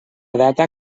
data